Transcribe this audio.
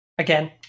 Again